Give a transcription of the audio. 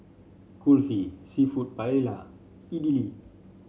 Kulfi seafood Paella Idili